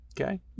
Okay